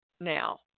Now